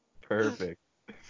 Perfect